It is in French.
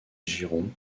giron